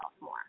more